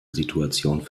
situation